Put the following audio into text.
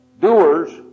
doers